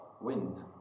wind